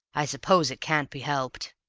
i suppose it can't be helped.